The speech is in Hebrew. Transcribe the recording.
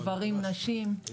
גברים-נשים,